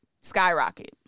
skyrocket